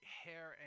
hair